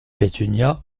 pétunia